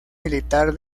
militar